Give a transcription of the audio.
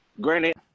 Granted